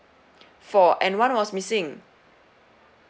four and one was missing